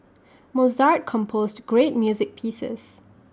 Mozart composed great music pieces